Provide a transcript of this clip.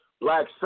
black